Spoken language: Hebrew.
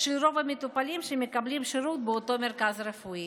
של רוב המטופלים שמקבלים שירות באותו מרכז רפואי.